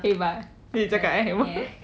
hebah dia yang cakap eh hebah